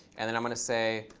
and then i'm going to say,